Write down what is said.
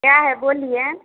क्या है बोलिए